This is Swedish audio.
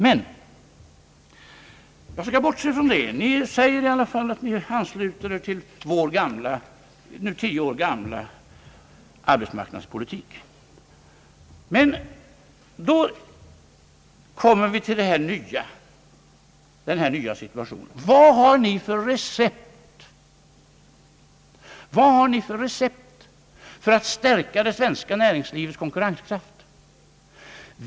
Men jag skall bortse från det — ni säger i alla fall att ni ansluter er till vår nu tio år gamla arbetsmarknadspolitik. Då kommer vi emellertid till den nya situationen. Vad har ni för recept för att stärka det svenska näringslivets konkurrenskraft?